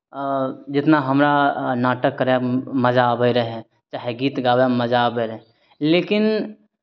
जितना हमरा नाटक करयमे मजा आबैत रहय चाहे गीत गाबयमे मजा आबै रहय लेकिन